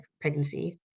pregnancy